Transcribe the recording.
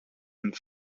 and